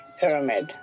pyramid